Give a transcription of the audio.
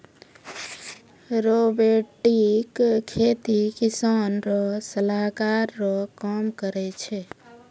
robotic खेती किसान रो सलाहकार रो काम करै छै